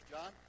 John